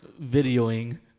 videoing